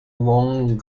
wang